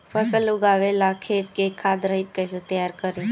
फसल उगवे ला खेत के खाद रहित कैसे तैयार करी?